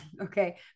okay